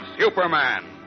Superman